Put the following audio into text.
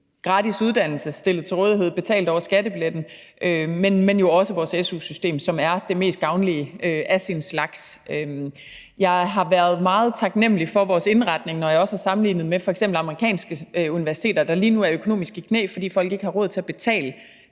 gratis uddannelse betalt over skattebilletten til rådighed, men jo også vores su-system, som er det mest gavmilde af sin slags. Jeg har været meget taknemlig for vores indretning, når jeg har sammenlignet med f.eks. amerikanske universiteter, der lige nu er økonomisk i knæ, fordi folk ikke har råd til at betale.